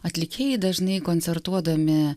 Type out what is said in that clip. atlikėjai dažnai koncertuodami